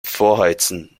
vorheizen